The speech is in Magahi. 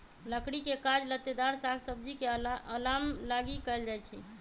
लकड़ी के काज लत्तेदार साग सब्जी के अलाम लागी कएल जाइ छइ